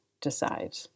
decide